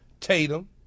Tatum